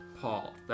Paul